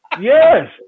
yes